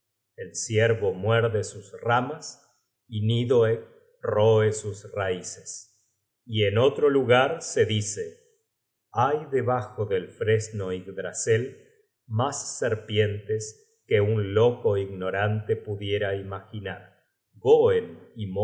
el ciervo muerde sus ramas y nidhoeggroe sus raices y en otro lugar se dice thay debajo del fresno yggdrasel mas serpientes que un loco ignorante pudiera imaginar goenn